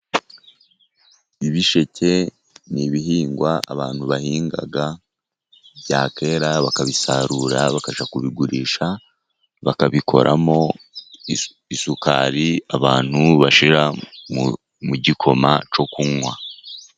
Ibisheke ni ibihingwa abantu bahingag byakwera bakabisarura bakajya kubigurisha, bakabikoramo isukari abantu bashira mu gikoma cyo kunywa.